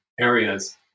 areas